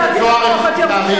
חברת הכנסת